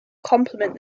compliment